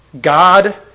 God